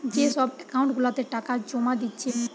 যে সব একাউন্ট গুলাতে টাকা জোমা দিচ্ছে